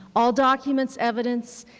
all documents, evidence,